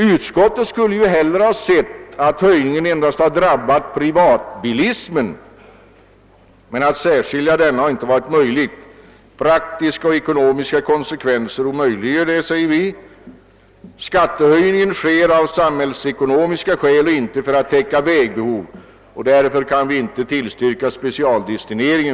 Utskottet skulle hellre ha sett att höjningen endast hade drabbat privatbilismen, men att göra en åtskillnad har inte varit möjligt — praktiska och ekonomiska konsekvenser omöjliggör detta, skriver vi. Skattehöjningen sker av samhällsekonomiska skäl och inte för att täcka vägbehov, och därför kan vi inte tillstyrka en specialdestinering.